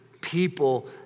people